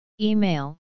Email